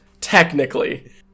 technically